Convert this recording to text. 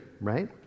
right